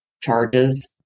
charges